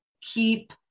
keep